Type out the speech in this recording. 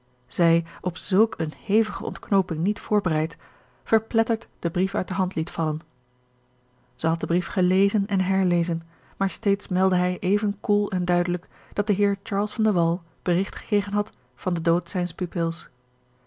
zij op zulk eene hevige ontknooping niet voorbereid verpletterd den brief uit de hand liet vallen zij had den brief gelezen en herlezen maar steeds meldde hij even koel en duidelijk dat de heer charles van de wall berigt gekregen had van den dood zijns